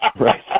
Right